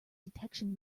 detection